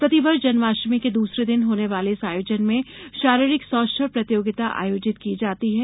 प्रतिवर्ष जन्माष्टमी के दूसरे दिन होने वाले इस आयोजन में शारीरिक सौष्ठव प्रतियोगिता आयोजित की जाती है